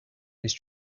these